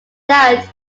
that